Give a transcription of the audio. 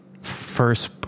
first